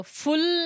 full